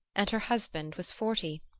and her husband was forty.